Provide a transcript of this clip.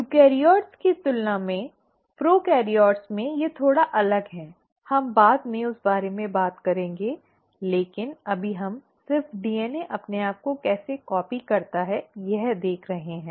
eukaryotes की तुलना में प्रोकैरियोट्स में वे थोड़ा अलग हैं हम बाद में उस बारे में बात करेंगे लेकिन अभी हम सिर्फ डीएनएअपने आप को कैसे कॉपी करता है यह देख रहे हैं